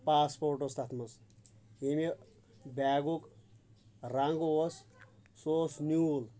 پاس port اوس تَتھ منٛز ییٚمہِ بیگُک رنٛگ اوس سُہ اوس نیٛوٗل